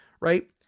right